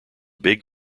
big